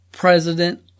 President